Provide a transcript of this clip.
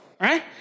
right